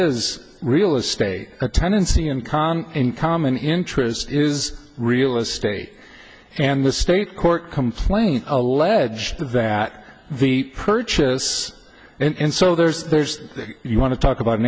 is real estate a tenancy and con in common interest is real estate and the state court complaint allege that the purchase and so there's there's you want to talk about